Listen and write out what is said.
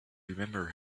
remember